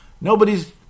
Nobody's